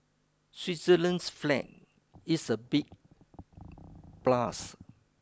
Switzerland's flag is a big plus